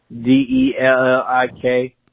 D-E-L-L-I-K